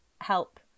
help